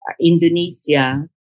Indonesia